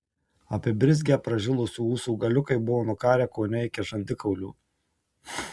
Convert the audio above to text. apibrizgę pražilusių ūsų galiukai buvo nukarę kone iki žandikaulių